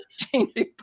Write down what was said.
changing